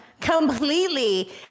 completely